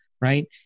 right